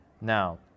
Now